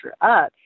up